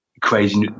crazy